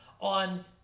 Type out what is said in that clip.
on